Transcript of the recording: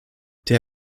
der